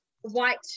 white